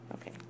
Okay